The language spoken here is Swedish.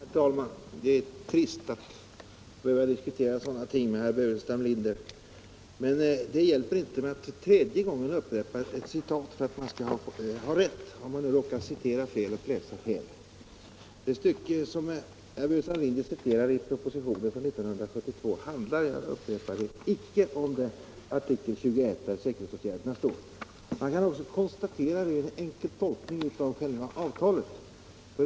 Herr talman! Det är trist att behöva diskutera sådana ting med herr Burenstam Linder. Det hjälper inte att för tredje gången upprepa ett citat om man råkar citera fel och läsa fel. Det stycke som herr Burenstam Linder citerar i propositionen från 1972 handlar icke — jag upprepar det —- om artikel 21 där säkerhetsåtgärderna behandlas. Man kan också konstatera det vid en enkel tolkning av själva avtalet.